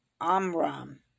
Amram